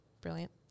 brilliant